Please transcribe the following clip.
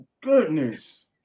goodness